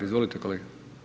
Izvolite kolega.